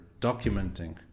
documenting